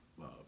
love